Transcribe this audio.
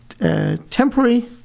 temporary